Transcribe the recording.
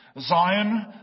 Zion